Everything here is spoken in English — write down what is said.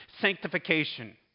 Sanctification